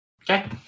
Okay